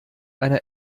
einer